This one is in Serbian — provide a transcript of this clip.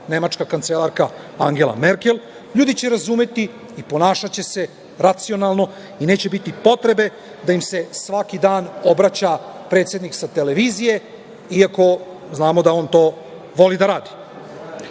nemačka kancelarka Angela Merkel, ljudi će razumeti i ponašaće se racionalno i neće biti potrebe da im se svaki dan obraća predsednik sa televizije, iako znamo da on to voli da